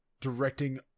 directing